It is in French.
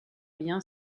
bien